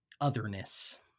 otherness